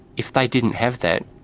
if they didn't have that,